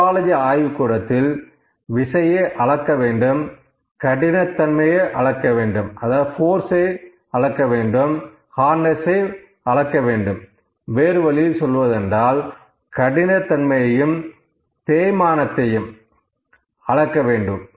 metrology ஆய்வுக்கூடத்தில் விசையை அளக்க வேண்டும் கடினத் தன்மையை அளக்க வேண்டும் வேறு வழியில் சொல்வதென்றால் கடினத் தன்மையும் தேய்மானத்தையும் அளக்க வேண்டும்